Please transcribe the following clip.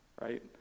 right